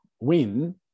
win